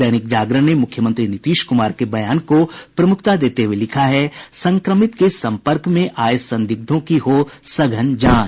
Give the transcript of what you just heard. दैनिक जागरण ने मुख्यमंत्री नीतीश कुमार के बयान को प्रमुखता देते हुये लिखा है संक्रमित के सम्पर्क में आये संदिग्धों की हो सघन जांच